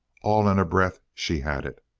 all in a breath she had it.